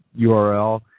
URL